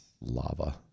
Lava